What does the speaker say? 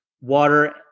water